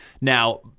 Now